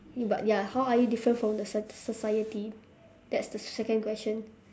but ya how are you different from the soc~ society that's the second question